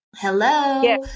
hello